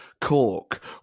Cork